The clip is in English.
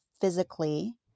physically